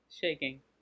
Shaking